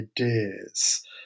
ideas